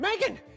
Megan